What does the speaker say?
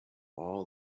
all